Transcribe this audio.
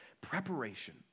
preparation